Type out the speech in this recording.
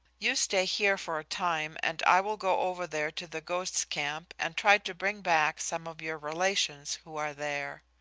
you stay here for a time and i will go over there to the ghosts' camp and try to bring back some of your relations who are there.